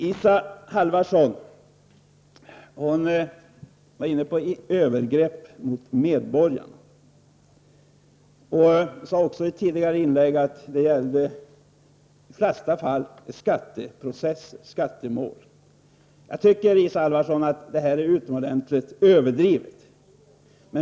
Isa Halvarsson var inne på frågan om övergrepp mot medborgare. Hon sade tidigare här att det i de flesta fall gäller skatteprocessen, skattemål. Jag tycker att det som här tas upp är utomordentligt överdrivet.